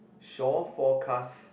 shore forecast